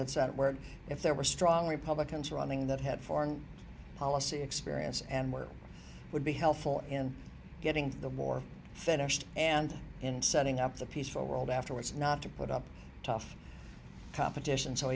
work if there were strong republicans running that had foreign policy experience and where it would be helpful in getting the war finished and in setting up the peaceful world afterwards not to put up a tough competition so